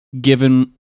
given